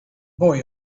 boy